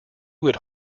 would